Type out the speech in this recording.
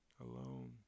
alone